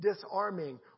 disarming